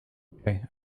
okay